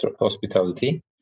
hospitality